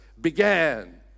began